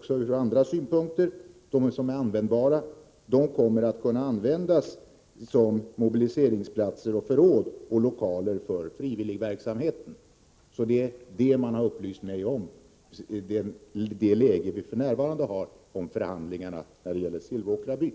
som är användbara även ur andra synpunkter kommer att kunna användas som mobiliseringsplatser och förråd samt som lokaler för frivilligverksamheten. Det är vad man upplyst mig om. Det är alltså läget f.n. när det gäller förhandlingarna om Silvåkra by.